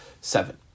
seven